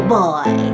boy